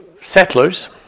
Settlers